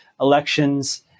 elections